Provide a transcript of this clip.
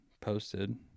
posted